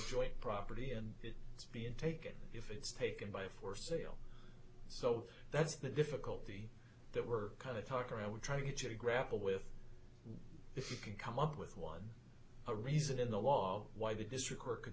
joint property and it's being taken if it's taken by for sale so that's the difficulty that we're kind of talk around with trying to grapple with if you can come up with one a reason in the law why the district court could